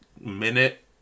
minute